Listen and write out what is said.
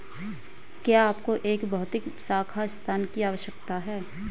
क्या आपको एक भौतिक शाखा स्थान की आवश्यकता है?